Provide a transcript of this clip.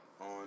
on